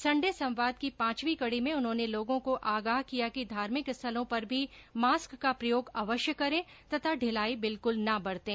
Sunday संवाद की पांचवीं कड़ी में उन्होंने लोगों को आगाह किया कि धार्मिक स्थलों पर भी मास्क का प्रयोग अवश्य करें तथा ढिलाई बिल्कुल न बरतें